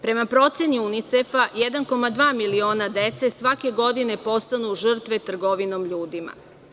Prema proceni UNICEF 1,2 miliona dece svake godine postanu žrtve trgovinom ljudima.